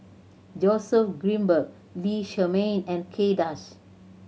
Joseph Grimberg Lee Shermay and Kay Das